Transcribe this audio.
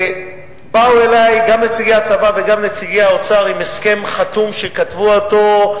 באו אלי גם נציגי הצבא וגם נציגי האוצר עם הסכם חתום שכתבו אותו,